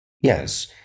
Yes